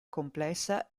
complessa